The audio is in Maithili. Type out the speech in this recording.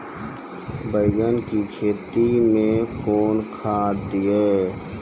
बैंगन की खेती मैं कौन खाद दिए?